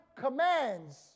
commands